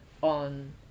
on